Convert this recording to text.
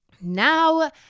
now